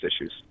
issues